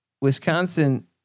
Wisconsin